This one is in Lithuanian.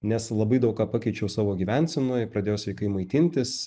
nes labai daug ką pakeičiau savo gyvensenoj ir pradėjau sveikai maitintis